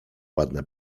ładne